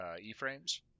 E-frames